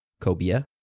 Cobia